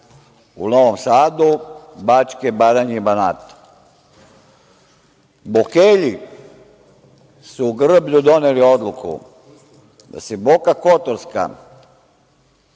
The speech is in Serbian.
u Novom Sadu, Bačke, Baranje i Banata. Bokelji su u Grblju doneli odluku da se Boka Kotorska,